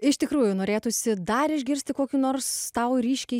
iš tikrųjų norėtųsi dar išgirsti kokių nors tau ryškiai